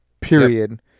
period